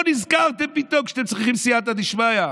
פה נזכרתם פתאום, כשאתם צריכים סייעתא דשמיא?